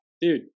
dude